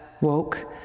Woke